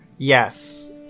Yes